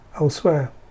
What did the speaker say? elsewhere